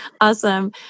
awesome